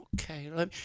okay